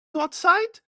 outside